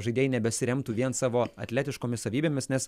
žaidėjai nebesiremtų vien savo atletiškomis savybėmis nes